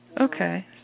Okay